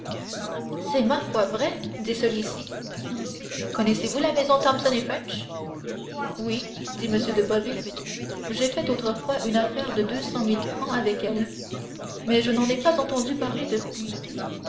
c'est ma foi vrai dit celui-ci connaissez-vous la maison thomson et french oui dit m de boville j'ai fait autrefois une affaire de deux cent mille francs avec elle mais je n'en ai pas entendu parler depuis